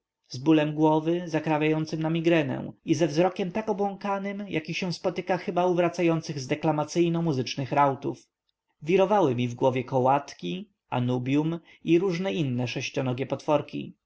bólem głowy zakrawającym na migrenę i ze wzrokiem tak obłąkanym jaki się spotyka chyba u wracających z deklamacyjnomuzycznych rautów wirowały mi w głowie kołatki anobium iróżne inne sześcionogie potworki